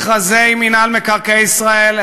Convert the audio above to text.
מכרזי מינהל מקרקעי ישראל,